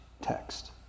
text